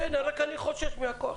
רק אני חושש מהכוח.